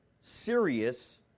serious